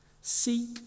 Seek